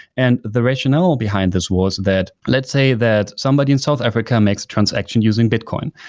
and the rationale behind this was that, let's say that somebody in south africa makes a transaction using bitcoin,